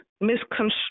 misconstrued